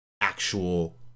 actual